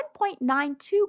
1.92